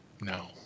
No